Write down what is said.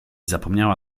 zapomniała